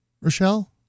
Rochelle